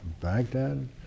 Baghdad